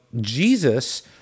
Jesus